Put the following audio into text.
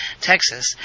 Texas